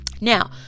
Now